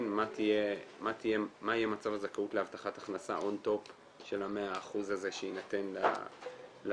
מה יהיה מצב הזכאות להבטחת הכנסה און טופ של ה-100% הזה שיינתן לזכאים.